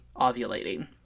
ovulating